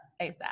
ASAP